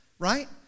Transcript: Right